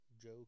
Joe